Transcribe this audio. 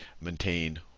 maintain